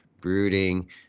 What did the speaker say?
brooding